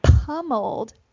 pummeled